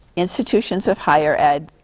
institutions of higher ed,